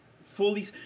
fully